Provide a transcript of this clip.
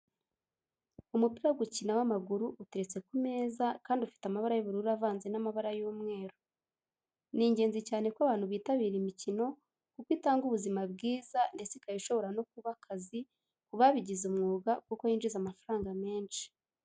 Umupira wo gukina w'amaguru uteretse ku meza kandi ufite amabara y'ubururu avanze n'amabara y'umweru. Ni ingenzi cyane ko abantu bitabira imikino kuko itanga ubuzima bwiza ndetse ikaba ishobora no kuba akazi ku babigize umwuga kuko yinjiza amafaranga menshi.